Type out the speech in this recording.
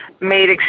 made